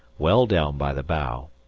well down by the bow,